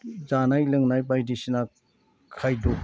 जानाय लोंनाय बायदिसिना खायद'